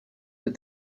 that